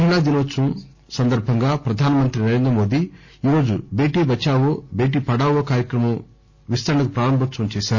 మహిళా దినోత్సవం సందర్భంగా ప్రధానమంత్రి నరేంద్రమోది ఈరోజు బేటి బదావో బేటి పడావో కార్యక్రమం విస్తరణకు ప్రారంభోత్పవం చేశారు